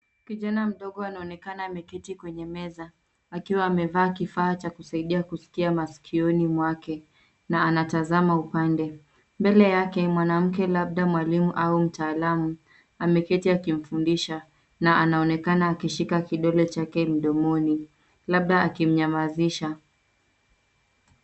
Kijana mdogo anaonekana ameketi kwenye meza, akiwa amevaa kifaa cha kusaidia kusikia masikioni mwake na anatazama upande. Mbele yake mwanamke labda mtaalamu ameketi akimfundisha na anaonekana akishika kidole chake mdomoni labda akimnyamazisha.